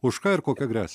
už ką ir kokia gresia